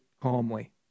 calmly